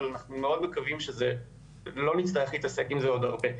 אבל אנחנו מאוד מקווים שלא נצטרך להתעסק עם זה עוד הרבה,